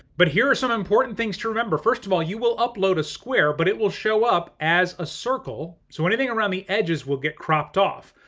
but here are some important things to remember. first of all, you will upload a square, but it will show up as a circle. so anything around the edges will get cropped off.